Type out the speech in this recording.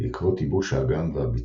בעקבות ייבוש האגם והביצה.